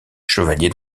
chevalier